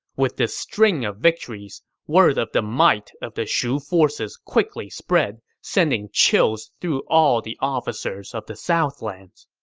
with this string of victories, word of the might of the shu forces quickly spread, sending chills through all the officers of the southlands